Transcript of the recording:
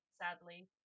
sadly